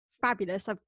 fabulous